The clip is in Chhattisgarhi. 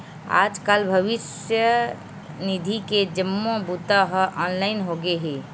आजकाल भविस्य निधि के जम्मो बूता ह ऑनलाईन होगे हे